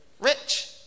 rich